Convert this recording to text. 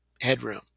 headroom